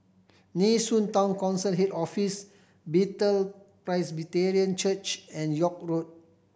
Nee Soon Town Council Head Office Bethel Presbyterian Church and York Road